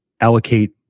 allocate